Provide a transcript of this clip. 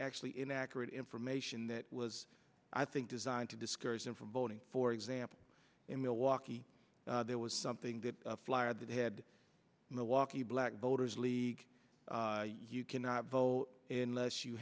actually inaccurate information that was i think designed to discourage them from voting for example in milwaukee there was something that flyer that had milwaukee black voters league you cannot vote in less you